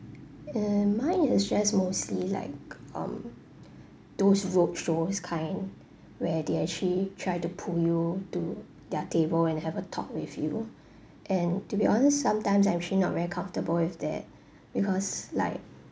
um mine is just mostly like um those roadshows kind where they actually try to pull you to their table and have a talk with you and to be honest sometimes I'm actually not very comfortable with that because like